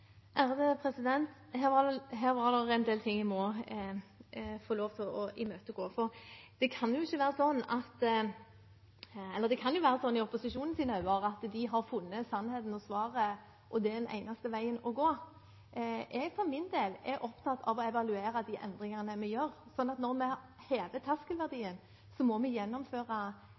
Her var det en del ting jeg må få lov til å imøtegå. Det kan jo ikke være sånn – eller det kan jo være sånn i opposisjonens øyne – at man har funnet sannheten og svaret, og det er den eneste veien å gå. Jeg for min del er opptatt av å evaluere de endringene vi gjør, så når vi hever terskelverdien, må vi gjennomføre